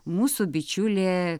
mūsų bičiulė